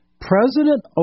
President